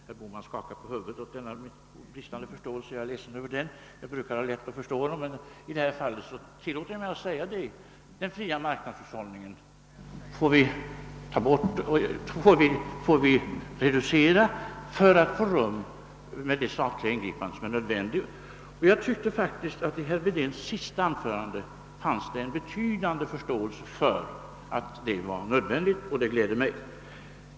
Herr Bohman skakar på hu vudet åt denna bristande förståelse, som jag är ledsen över. Jag brukar ha lätt att förstå honom, men i detta fall tillåter jag mig att säga att vi måste reducera den fria marknadshushållningen för att få rum med det statliga ingripande som är nödvändigt. Jag tyckte faktiskt att det i herr Wedéns senaste anförande fanns en betydande förståelse för att detta är nödvändigt, och det gläder mig.